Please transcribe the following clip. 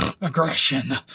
Aggression